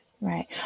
Right